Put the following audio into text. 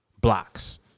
blocks